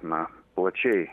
na plačiai